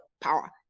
Power